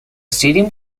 stadium